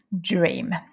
dream